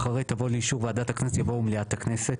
אחרי 'תבוא לאישור ועדת הכנסת' יבוא 'ומליאת הכנסת'.